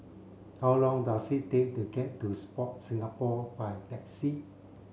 how long does it take to get to Sport Singapore by taxi